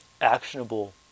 actionable